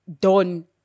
done